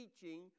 teaching